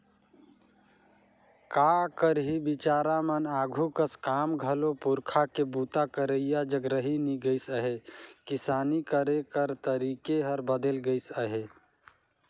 का करही बिचारा मन आघु कस काम घलो पूरखा के बूता करइया जग रहि नी गइस अहे, किसानी करे कर तरीके हर बदेल गइस अहे